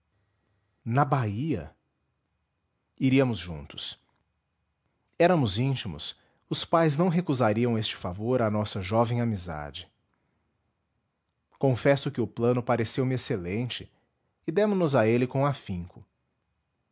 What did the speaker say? na bahia iríamos juntos éramos íntimos os pais não recusariam este favor à nossa jovem amizade confesso que o plano pareceu-me excelente e demo nos a ele com afinco